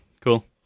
cool